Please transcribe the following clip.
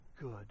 good